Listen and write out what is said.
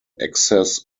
excess